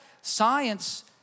science